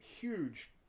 huge